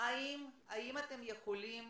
האם אתם יכולים,